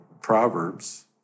Proverbs